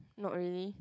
not really